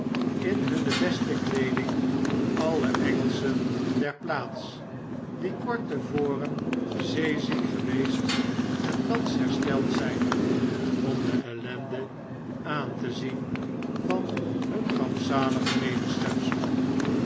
in hun beste kleeding alle engelschen der plaats die kort te voren zeeziek geweest en thans hersteld zp om de ellende aan te zien van hun rampzalige